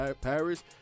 Paris